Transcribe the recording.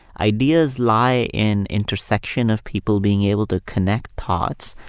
ideas lie in intersection of people being able to connect thoughts,